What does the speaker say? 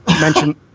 mention